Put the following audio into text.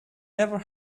never